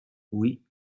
oui